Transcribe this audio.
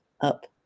up